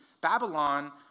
Babylon